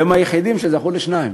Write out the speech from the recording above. והם היחידים שזכו לשניים.